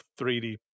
3D